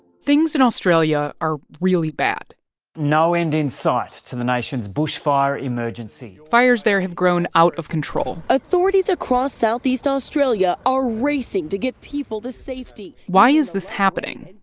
things in australia are really bad no end in sight to the nation's bushfire emergency fires there have grown out of control authorities across southeast australia are racing to get people to safety why is this happening?